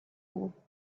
all